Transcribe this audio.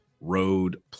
road